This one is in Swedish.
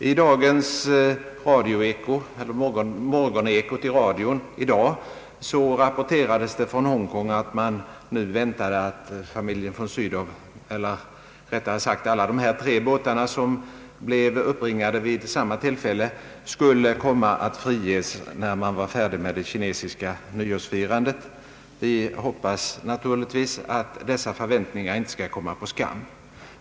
I radions morgoneko i dag rapporterades det från Hongkong att man nu väntade att de tre båtar som uppbringats skulle komma att friges när det kinesiska nyårsfirandet var avslutat. Vi hoppas naturligtvis att dessa förväntningar inte skall svikas.